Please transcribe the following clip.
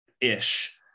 ish